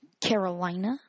Carolina